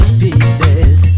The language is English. pieces